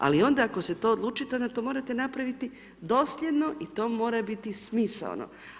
Ali, onda ako se to odlučite, onda to morate napraviti dosljedno i to mora biti smisaono.